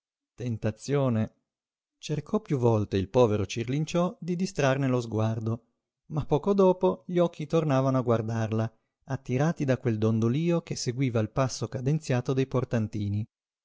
tentazione cercò piú volte il povero cirlinciò di distrarne lo sguardo ma poco dopo gli occhi tornavano a guardarla attirati da quel dondolio che seguiva il passo cadenzato dei portantini